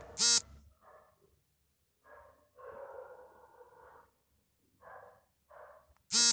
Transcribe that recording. ಬೆಟ್ಟಗುಡ್ಡ ಪ್ರದೇಶಗಳಲ್ಲಿ ಸಾಂಬಾರ, ಮಸಾಲೆ ಪದಾರ್ಥಗಳನ್ನು ಬೆಳಿತಾರೆ